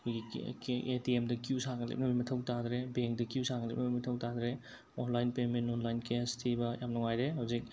ꯑꯩꯈꯣꯏꯒꯤ A T ꯑꯦꯝꯗ queue ꯁꯥꯡꯅ ꯂꯦꯞꯅꯕꯒꯤ ꯃꯊꯧ ꯇꯥꯗ꯭ꯔꯦ ꯕꯦꯡꯛꯗ ꯀ꯭ꯌꯨ ꯁꯥꯡꯅ ꯂꯦꯞꯅꯕꯒꯤ ꯃꯊꯧ ꯇꯥꯗ꯭ꯔꯦ ꯑꯣꯟꯂꯥꯏꯟ ꯄꯦꯃꯦꯟ ꯑꯣꯟꯂꯥꯏꯟ ꯀꯦꯁ ꯊꯤꯕ ꯌꯥꯝ ꯅꯨꯉꯥꯏꯔꯦ ꯍꯧꯖꯤꯛ